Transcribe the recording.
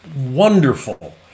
wonderful